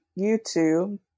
YouTube